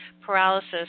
paralysis